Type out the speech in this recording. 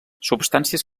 substàncies